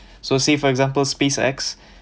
so say for example space X